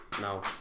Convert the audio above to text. No